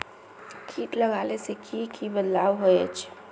किट लगाले से की की बदलाव होचए?